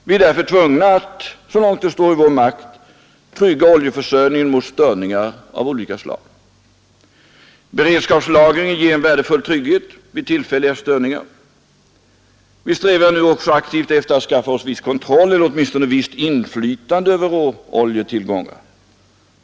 Vi är därför tvungna att, så långt det står i vår makt, trygga oljeförsörjningen mot störningar av olika slag. Beredskapslagringen ger en värdefull trygghet vid tillfälliga störningar. Vi strävar nu också aktivt efter att skaffa oss viss kontroll eller åtminstone visst inflytande över råoljetillgångar.